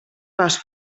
les